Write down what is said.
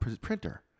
printer